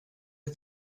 est